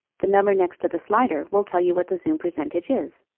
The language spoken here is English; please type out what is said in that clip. the number next to the slider will tell you what the zoom percentage is.